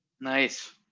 Nice